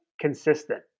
consistent